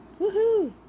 woohoo